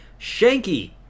Shanky